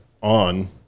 on